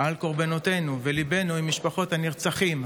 קורבנותינו וליבנו עם משפחות הנרצחים,